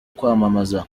kwamamazwa